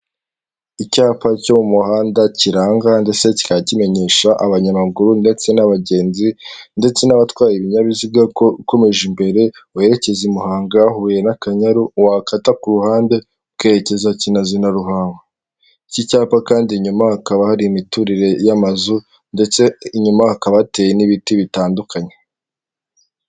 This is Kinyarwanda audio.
Icyapa cyo mu muhanda kiranga ndetse kikajya kimenyesha abanyamaguru ndetse n'abagenzi ndetse n'abatwaye ibinyabiziga ko ukomeje imbere weherekeza i Muhanga, Huye n'akanyaru wakata ku ruhande ukerekeza kinazi na Ruhango . Iki cyapa kandi inyuma hakaba hari imiturire y'amazu ndetse inyuma hakaba hateye n'ibiti bitandukanye.